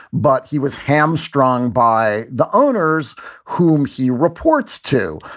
but he was hamstrung by the owners whom he reports to,